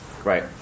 Right